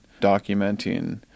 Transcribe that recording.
documenting